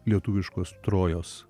lietuviškos trojos